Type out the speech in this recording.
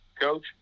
Coach